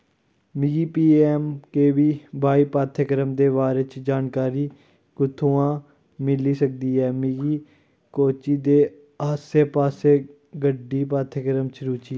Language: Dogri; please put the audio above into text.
मिगी P M K V Y पाठ्यक्रमें दे बारे च जानकारी कु'त्थुआं मिली सकदी ऐ मिगी कोच्चि दे आस्सै पास्सै गड्डी पाठ्यक्रमें च रुचि ऐ